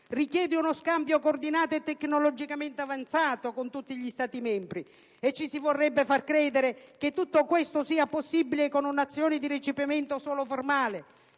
richiede uno scambio coordinato e tecnologicamente avanzato con tutti gli Stati membri; e ci si vorrebbe far credere che tutto questo sia possibile con un'azione di recepimento solo formale,